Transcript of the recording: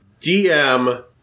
DM